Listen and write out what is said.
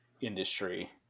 industry